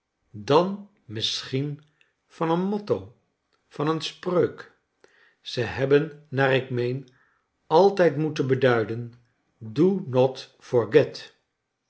dan misschien van een motto van een spreuk ze hebben naar ik meen altijd moeten beduiden do not forget